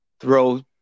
Throw